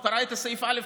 הוא קרא את סעיף (א),